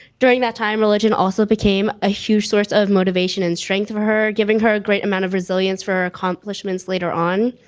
during that time, religion also became a huge source of motivation and strength for her, giving her a great amount of resilience for her accomplishments later on.